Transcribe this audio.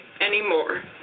anymore